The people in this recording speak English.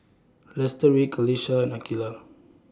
Lestari Qalisha and Aqilah